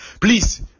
please